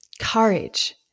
courage